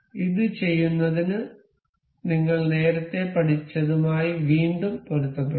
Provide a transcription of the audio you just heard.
ഇത് ചെയ്യുന്നതിന് നിങ്ങൾ നേരത്തെ പഠിച്ചതുമായി വീണ്ടും പൊരുത്തപ്പെടും